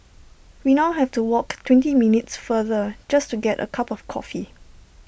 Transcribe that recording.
we now have to walk twenty minutes farther just to get A cup of coffee